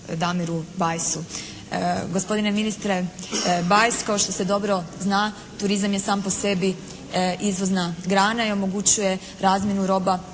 Damiru Bajsu. Gospodine ministre Bajs kao što se dobro zna turizam je sam po sebi izvozna grana i omogućuje razmjenu roba